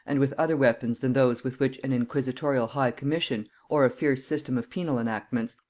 and with other weapons than those with which an inquisitorial high-commission, or a fierce system of penal enactments,